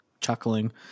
chuckling